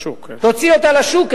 תוציא אותה לשוק,